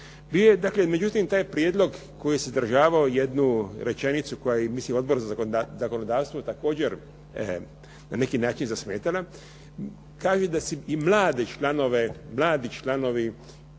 dakle, međutim taj prijedlog koji je sadržavao jednu rečenicu koja je, i mislim Odbor za zakonodavstvo također na neki način zasmetala, kaže da se i mlade članove, mladi članovi